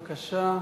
בבקשה,